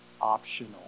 optional